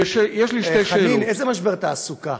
ויש לי שתי שאלות, חנין, איזה משבר תעסוקה?